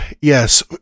yes